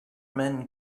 men